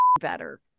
better